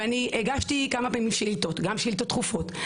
הגשתי כמה פעמים שאילתות, גם שאילתות דחופות.